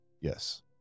Yes